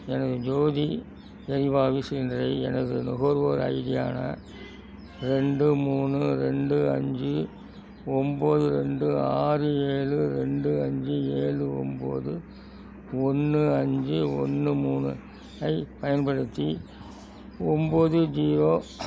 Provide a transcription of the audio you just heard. எனது ஜோதி எரிவாயு சிலிண்டரை எனது நுகர்வோர் ஐடியான ரெண்டு மூணு ரெண்டு அஞ்சு ஒம்போது ரெண்டு ஆறு ஏழு ரெண்டு அஞ்சு ஏழு ஒம்போது ஒன்று அஞ்சு ஒன்னு மூணு ஐப் பயன்படுத்தி ஒம்போது ஜீரோ